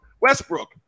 Westbrook